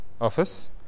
office